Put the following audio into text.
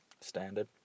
Standard